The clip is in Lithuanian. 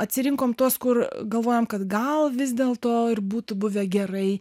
atsirinkom tuos kur galvojam kad gal vis dėlto ir būtų buvę gerai